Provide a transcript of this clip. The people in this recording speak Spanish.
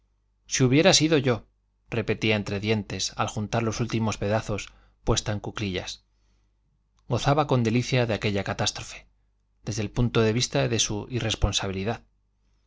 si hubiera sido yo repetía entre dientes al juntar los últimos pedazos puesta en cuclillas gozaba con delicia de aquella catástrofe desde el punto de vista de su irresponsabilidad